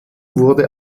wurde